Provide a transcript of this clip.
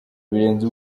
birenze